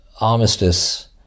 Armistice